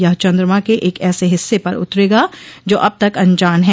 यह चंद्रमा के एक ऐसे हिस्से पर उतरेगा जो अब तक अनजान है